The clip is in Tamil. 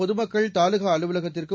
பொதுமக்கள் தாலுகா அலுவலகத்திற்கும்